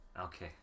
Okay